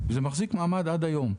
וזה מחזיק עד היום.